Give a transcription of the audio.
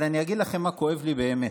אבל אני אגיד לכם מה כואב לי באמת: